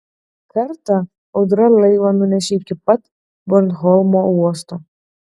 kartą audra laivą nunešė iki pat bornholmo uosto